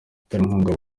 baterankunga